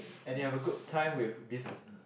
and you have a good time with biz